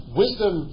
wisdom